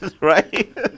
right